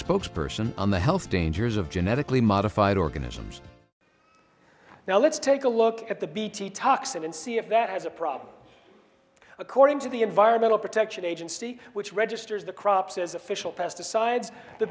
spokesperson on the health dangers of genetically modified organisms now let's take a look at the bt toxin and see if that has a problem according to the environmental protection agency which registers the crops as official pesticides the